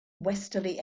westerly